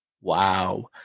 Wow